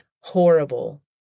horrible